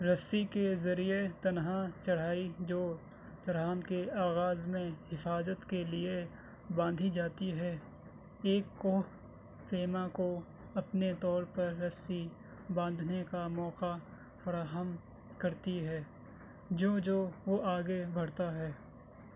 رسّی کے ذریعے تنہا چڑھائی جو چڑھان کے آغاز میں حفاظت کے لیے باندھی جاتی ہے ایک کوہ پیما کو اپنے طور پر رسّی باندھنے کا موقع فراہم کرتی ہے جوں جو وہ آگے بڑھتا ہے